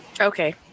Okay